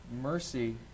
mercy